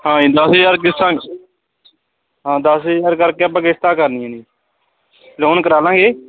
ਹਾਂਜੀ ਦਸ ਹਜ਼ਾਰ ਕਿਸ਼ਤਾਂ ਹਾਂ ਦਸ ਹਜ਼ਾਰ ਕਰਕੇ ਆਪਾਂ ਕਿਸ਼ਤਾ ਕਰਨੀਆਂ ਨੇ ਲੋਨ ਕਰਾ ਲਵਾਂਗੇ